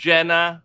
Jenna